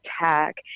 attack